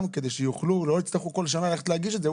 כדי שלא יצטרכו כל שנה ללכת להגיש את זה.